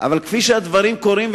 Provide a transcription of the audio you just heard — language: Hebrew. אבל כפי שהדברים קורים,